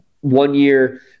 one-year